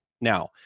Now